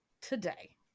today